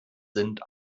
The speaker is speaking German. sind